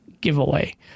giveaway